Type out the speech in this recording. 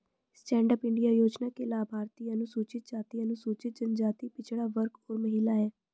stand up India योजना के लाभार्थी अनुसूचित जाति, अनुसूचित जनजाति, पिछड़ा वर्ग और महिला है